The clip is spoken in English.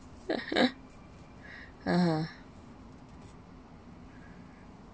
uh uh